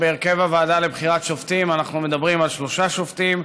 בהרכב הוועדה לבחירת שופטים אנחנו מדברים על שלושה שופטים,